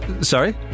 Sorry